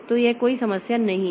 तो यह कोई समस्या नहीं है